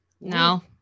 No